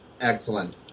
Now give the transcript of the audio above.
Excellent